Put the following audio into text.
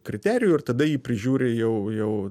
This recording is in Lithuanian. kriterijų ir tada jį prižiūri jau jau